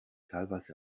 teilweise